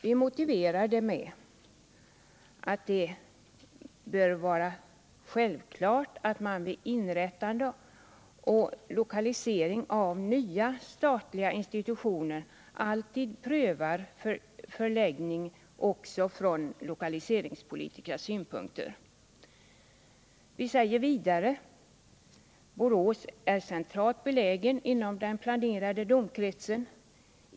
Vi motiverar detta med att det bör vara självklart att man vid inrättande och lokalisering av nya statliga institutioner alltid prövar förläggningen också från lokaliseringspolitiska synpunkter. Vi säger vidare att Borås är centralt beläget inom den planerade domkretsen.